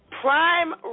Prime